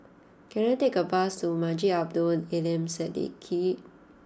can I take a bus to Masjid Abdul Aleem Siddique